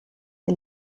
est